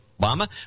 Obama